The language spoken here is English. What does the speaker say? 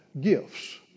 gifts